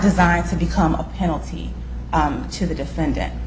designed to become a penalty to the defendant